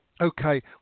Okay